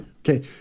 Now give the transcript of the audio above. Okay